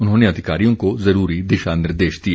उन्होंने अधिकारियों को ज़रूरी दिशा निर्देश दिए